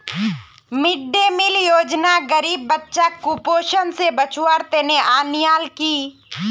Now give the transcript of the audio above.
mid day meal योजना गरीब बच्चाक कुपोषण स बचव्वार तने अन्याल कि